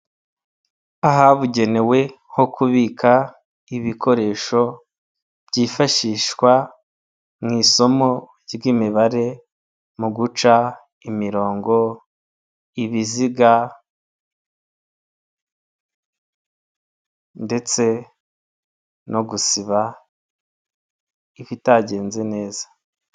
Ahabugenewe ho kubika ibikoresho byifashishwa mu isomo ry'imibare mu guca imirongo, ibiziga ndetse no gusiba ibitagenze neza.